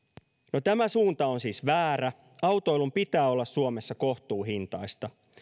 tämä suunta on siis väärä autoilun pitää olla suomessa kohtuuhintaista